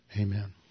Amen